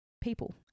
people